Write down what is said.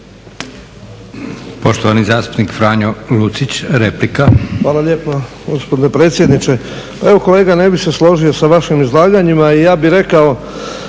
Poštovani zastupnik Franjo Lucić, replika. **Lucić, Franjo (HDZ)** Hvala lijepa gospodine predsjedniče. Pa evo kolega ne bih se složio sa vašim izlaganjima i ja bih rekao